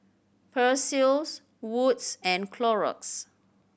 Persil Wood's and Clorox